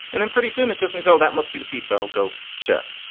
and then pretty soon it just means, oh, that must be the pizza. i'll go check.